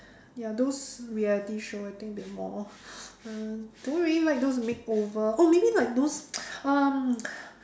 ya those reality show I think they are more uh don't really like those makeover oh maybe like those um